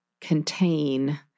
contain